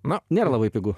na nėra labai pigu